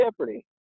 jeopardy